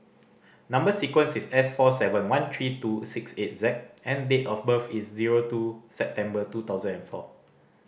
number sequence is S four seven one three two six eight Z and date of birth is zero two September two thousand and four